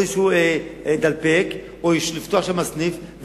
או לפתוח סניף,